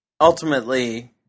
ultimately